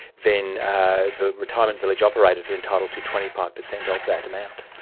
then the retirement village operators are entitled to twenty five percent of that amount.